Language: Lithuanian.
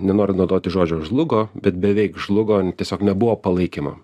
nenoriu naudoti žodžio žlugo bet beveik žlugo tiesiog nebuvo palaikymo